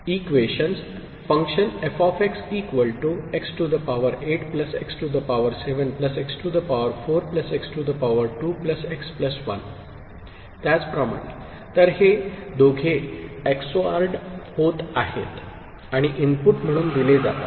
f x8 x7 x4 x2 x 1 f x8 x7 x2 x 1 f x8 x7 1 तर हे दोघे XORed होत आहेत आणि इनपुट म्हणून दिले जातात